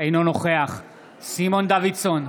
אינו נוכח סימון דוידסון,